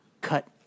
cut